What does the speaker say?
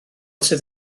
sydd